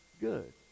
good